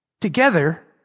together